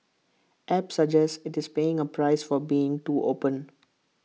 app suggests IT is paying A price for being too open